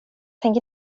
tänk